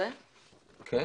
כן.